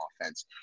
offense